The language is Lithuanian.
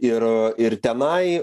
ir ir tenai